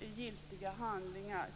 giltiga handlingar.